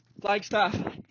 Flagstaff